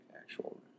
actual